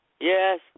Yes